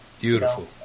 Beautiful